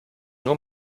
nur